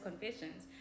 confessions